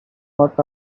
what